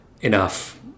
enough